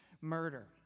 murder